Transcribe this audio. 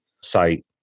site